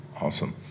Awesome